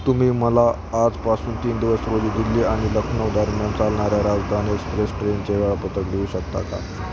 तुम्ही मला आजपासून तीन दिवस रोजी दिल्ली आणि लखनऊ दरम्यान चालणाऱ्या राजधान एक्सप्रेस ट्रेनचे वेळापत्रक देऊ शकता का